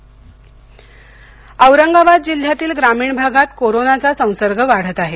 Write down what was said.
औरंगाबाद औरंगाबाद जिल्ह्यातील ग्रामीण भागात कोरोनाचा संसर्ग वाढत आहे